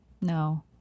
No